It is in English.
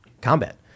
combat